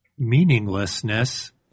meaninglessness